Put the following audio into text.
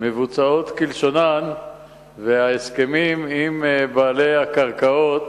מבוצעות כלשונן וההסכמים עם בעלי הקרקעות